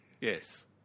yes